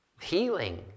healing